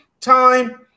time